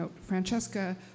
Francesca